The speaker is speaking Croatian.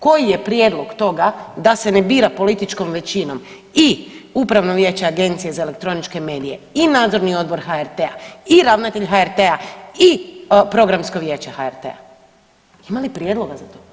Koji je prijedlog toga da se ne bira političkom većinom i upravno vijeće Agencije za elektroničke medije i nadzorni odbor HRT-a i ravnatelj HRT-a i programsko vijeće HRT-a, ima li prijedloga za to?